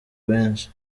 benshi